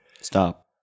Stop